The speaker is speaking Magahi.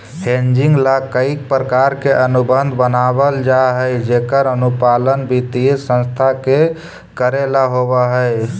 हेजिंग ला कईक प्रकार के अनुबंध बनवल जा हई जेकर अनुपालन वित्तीय संस्था के कऽरेला होवऽ हई